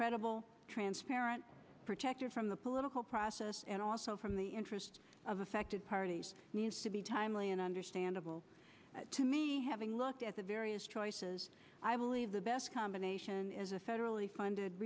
credible transparent protected from the political process and also from the interest of affected parties needs to be timely and understandable to me having looked at the various choices i believe the best combination is a federally funded